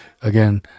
Again